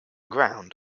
ground